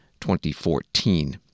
2014